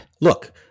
look